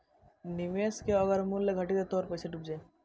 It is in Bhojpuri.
निवेश के अगर मूल्य घटी त तोहार पईसा डूब सकेला